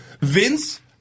Vince